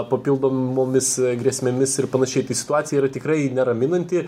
papildomomis grėsmėmis ir panašiai tai situacija yra tikrai neraminanti